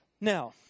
Now